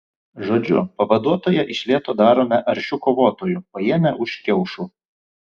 žodžiu pavaduotoją iš lėto darome aršiu kovotoju paėmę už kiaušų